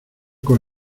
con